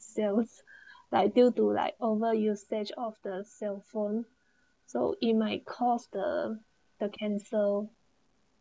there was like due to like over usage of the cellphone so he might cause the the cancer